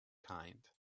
kind